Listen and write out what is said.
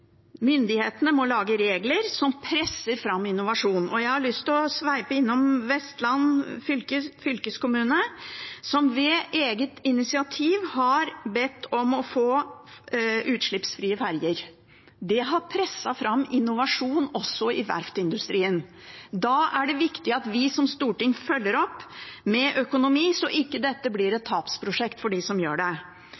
Myndighetene må lage regler som presser fram innovasjon. Jeg har lyst til å sveipe innom Vestland fylkeskommune, som ved eget initiativ har bedt om å få utslippsfrie ferjer. Det har presset fram innovasjon også i verftsindustrien. Da er det viktig at vi som storting følger opp med økonomi, så dette ikke blir et